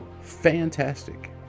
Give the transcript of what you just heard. Fantastic